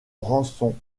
rançon